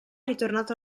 ritornato